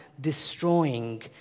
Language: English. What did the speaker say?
destroying